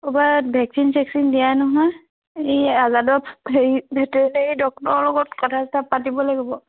ক'ৰবাত ভেকচিন চেকচিন দিয়া নহয় এই আজাদৰ হেৰি ভেটেনেৰী ডক্তৰৰ লগত কথা চথা পাতিব লাগিব